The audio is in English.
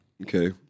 Okay